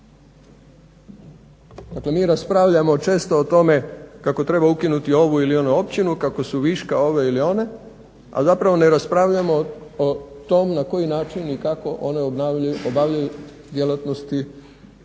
mi često raspravljamo o tome kako treba ukinuti ovu ili onu općinu kako su viška ove ili one, a zapravo ne raspravljamo o tom na koji način i kako one obavljaju djelatnosti